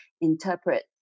interpret